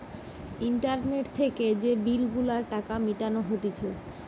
internet থেকে যে bill গুলার টাকা মিটানো হতিছে